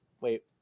Wait